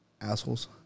assholes